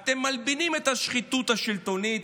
אתם מלבינים את השחיתות השלטונית,